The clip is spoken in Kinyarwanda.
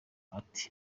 ati